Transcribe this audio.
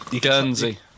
Guernsey